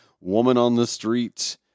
woman-on-the-street